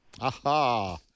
Aha